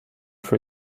for